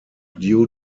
due